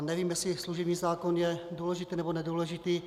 Nevím, jestli služební zákon je důležitý, nebo nedůležitý.